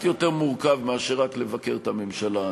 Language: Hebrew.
יותר מורכב מאשר רק לבקר את הממשלה.